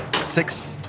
six